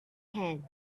hand